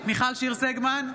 מיכל שיר סגמן,